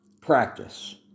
practice